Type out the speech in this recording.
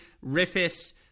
Riffis